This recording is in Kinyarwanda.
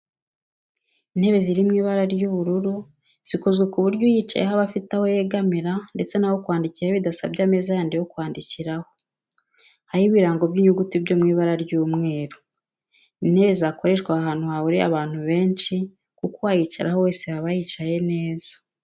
Intebe ziri mu ibara ry'ubururu zikozwe ku buryo uyicayeho aba afite aho yegamira ndetse n'aho kwandikira bidasabye ameza yandi yo kwandikiraho, hariho ibirango by'inyuguti byo mw'ibara ry'umweru. Ni intebe zakoreshwa ahantu hahuriye abantu benshi kuko uwayicaraho wese yaba yicaye neza.